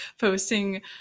posting